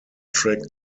trek